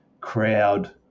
crowd